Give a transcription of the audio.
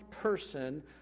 person